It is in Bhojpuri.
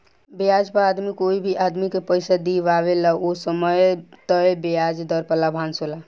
ब्याज पर आदमी कोई भी आदमी के पइसा दिआवेला ओ समय तय ब्याज दर पर लाभांश होला